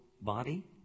body